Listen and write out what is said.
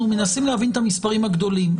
אנחנו מנסים להבין את המספרים הגדולים.